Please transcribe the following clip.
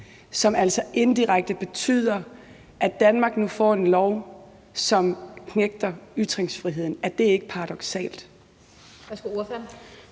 som indirekte betyder, at Danmark nu får en lov, som knægter ytringsfriheden – er det ikke paradoksalt?